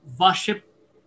worship